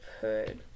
heard